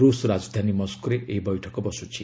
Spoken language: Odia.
ରୁଷ ରାଜଧାନୀ ମସ୍କୋରେ ଏହି ବୈଠକ ବସୁଛି